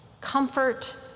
comfort